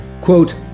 quote